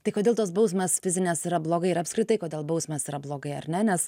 tai kodėl tos bausmės fizinės yra blogai ir apskritai kodėl bausmės yra blogai ar ne nes